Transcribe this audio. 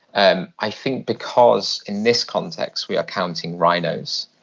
and i think because in this context we are counting rhinos,